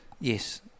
yes